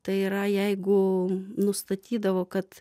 tai yra jeigu nustatydavo kad